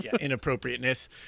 inappropriateness